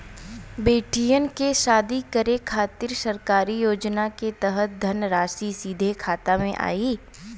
बेटियन के शादी करे के खातिर सरकारी योजना के तहत धनराशि सीधे खाता मे आई?